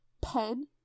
pen